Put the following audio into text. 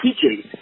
teaching